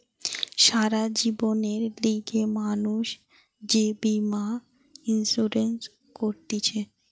সারা জীবনের লিগে মানুষ যে বীমা ইন্সুরেন্স করতিছে